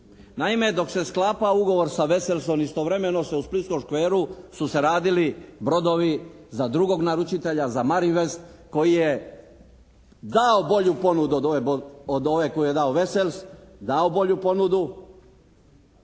Naime, dok se sklapa ugovor sa Vesersom istovremeno se u splitskom “Škveru“ su se radili brodovi za drugog naručitelja za “Marin West“ koji je dao bolju ponudu od ove koju je dao Vesers, dao bolju ponudu